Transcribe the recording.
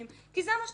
כי זה מה שאתם עושים.